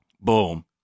Boom